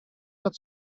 not